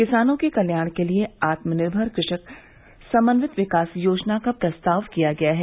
किसानों के कल्याण के लिए आत्मनिर्भर कृषक समन्वित विकास योजना का प्रस्ताव किया गया है